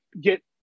get